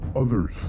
others